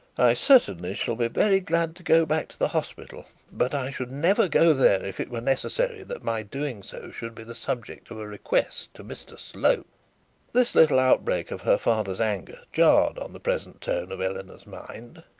i certainly shall be very glad to go back to the hospital but i should never go there, if it were necessary that my doing so should be the subject of a request to mr slope this little outbreak of her father's anger jarred on the present tone of eleanor's mind.